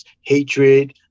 hatred